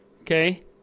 Okay